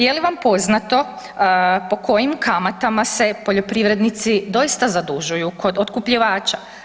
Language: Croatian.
Je li vam poznato po kojim kamatama se poljoprivrednici doista zadužuju kod otkupljivača?